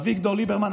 אביגדור ליברמן,